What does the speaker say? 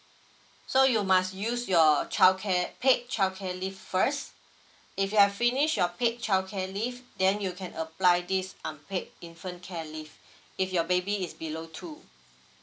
so you must use your childcare paid childcare leave first if you have finish your paid childcare leave then you can apply this unpaid infant care leave if your baby is below two